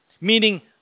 meaning